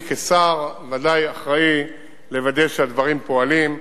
אני כשר ודאי אחראי לוודא שהדברים פועלים,